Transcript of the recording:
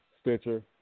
Stitcher